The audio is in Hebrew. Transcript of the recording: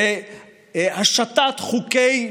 בהשתת חוקי,